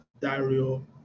Dario